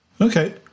Okay